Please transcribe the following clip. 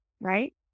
right